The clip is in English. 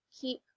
keep